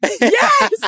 Yes